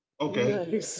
Okay